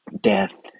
death